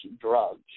drugs